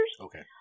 Okay